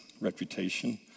reputation